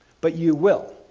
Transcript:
but you will,